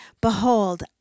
behold